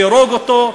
תהרוג אותו,